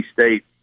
State